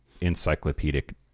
encyclopedic